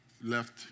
left